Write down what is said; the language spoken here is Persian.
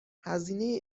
هزینه